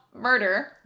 murder